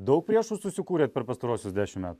daug priešų susikūrėt per pastaruosius dešimt metų